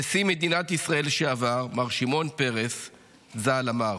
נשיא מדינת ישראל לשעבר מר שמעון פרס ז"ל, אמר: